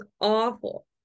awful